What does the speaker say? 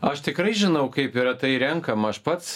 aš tikrai žinau kaip yra tai renkama aš pats